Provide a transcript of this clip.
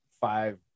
five